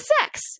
sex